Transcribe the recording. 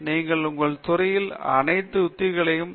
நீங்கள் உங்கள் துறையில் அனைத்து உத்திகள் ஒரு தேர்ச்சி இருக்க வேண்டும்